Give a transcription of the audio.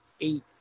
eight